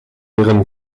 ihrem